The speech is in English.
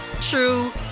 true